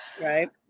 right